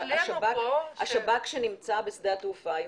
השב"כ נמצא בשדה התעופה.